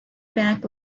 back